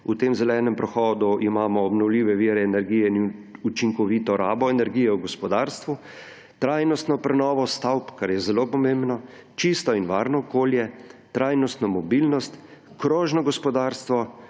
V tem zelenem prehodu imamo obnovljive vire energije in učinkovito rabo energije v gospodarstvu, trajnostno prenovo stavb, kar je zelo pomembno, čisto in varno okolje, trajnostno mobilnost, krožno gospodarstvo,